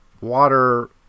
water